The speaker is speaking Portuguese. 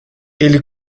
ele